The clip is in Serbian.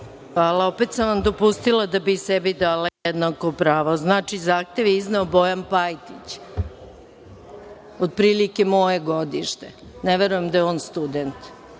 Hvala. Opet sam vam dopustila da bih sebi dala jednako pravo. Znači, zahtev je izneo Bojan Pajtić, otprilike moje godište, ne verujem da je on student.